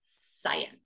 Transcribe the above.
science